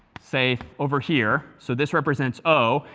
say, over here. so this represents o.